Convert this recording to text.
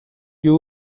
you